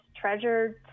treasured